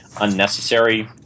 unnecessary